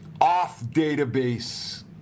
off-database